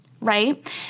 Right